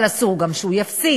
אבל אסור גם שהוא יפסיד.